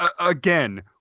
Again